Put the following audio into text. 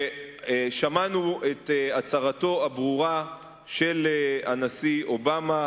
שמענו את הצהרתו הברורה של הנשיא אובמה,